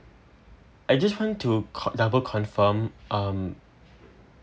I just want to co~ double confirm um